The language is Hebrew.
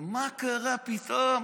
ומה קרה פתאום?